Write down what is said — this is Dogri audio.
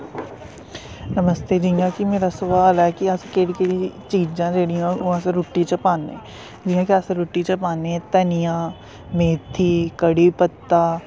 नमस्ते जि'यां कि मेरा सोआल ऐ कि केह्ड़ी केह्ड़ी चीजां जेह्ड़ियां ओह् अस रुट्टी च पान्ने जि'यां कि अस रुट्टी च पान्ने धनियां मेथी कढ़ी पत्ता